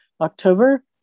October